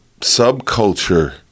subculture